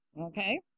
Okay